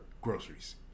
groceries